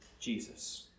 Jesus